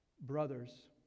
Brothers